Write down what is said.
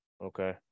Okay